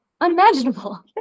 unimaginable